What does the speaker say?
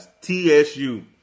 TSU